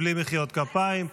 בלי מחיאות כפיים.